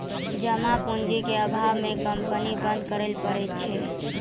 जमा पूंजी के अभावो मे कंपनी बंद करै पड़ै छै